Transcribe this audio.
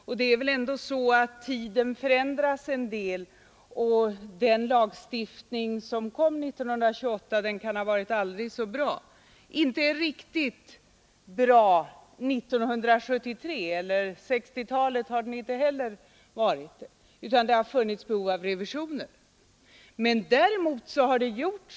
Förhållandena ändras ju med tiden, och även om den lagstiftning som kom 1928 varit aldrig så bra är det inte säkert att den varit riktigt bra under 1960-talet eller att den är riktigt bra 1973, utan det har funnits behov av revisioner. Men om någon styckat sönder skattesystemet med upprepade punktlösningar så är det regeringen.